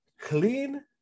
clean